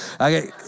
Okay